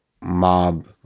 mob